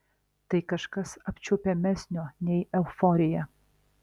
tai kažkas apčiuopiamesnio nei euforija